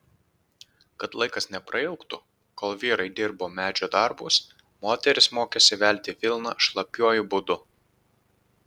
kad laikas neprailgtų kol vyrai dirbo medžio darbus moterys mokėsi velti vilną šlapiuoju būdu